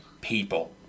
people